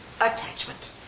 attachment